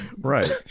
right